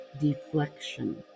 deflection